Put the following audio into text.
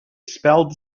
spelled